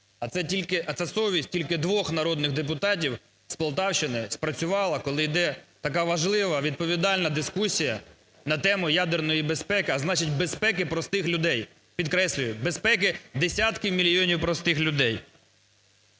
а це совість тільки двох народних депутатів з Полтавщини спрацювала, коли йде така важлива й відповідальна дискусія на тему ядерної безпеки, а значить, безпеки простих людей. Підкреслюю, безпеки десятки мільйонів простих людей.